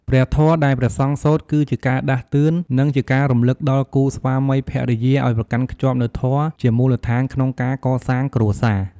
ព្រះធម៌ដែលព្រះសង្ឃសូត្រ គឺជាការដាស់តឿន និងជាការរំលឹកដល់គូស្វាមីភរិយាឲ្យប្រកាន់ខ្ជាប់នូវធម៌ជាមូលដ្ឋានក្នុងការកសាងគ្រួសារ។